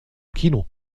kino